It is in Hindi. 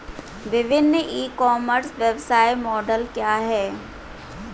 विभिन्न ई कॉमर्स व्यवसाय मॉडल क्या हैं?